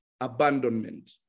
abandonment